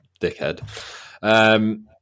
Dickhead